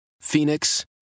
Phoenix